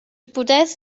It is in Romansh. pudess